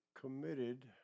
committed